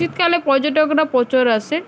শীতকালে পর্যটকরা প্রচুর আসে